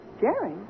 Jerry